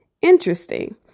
interesting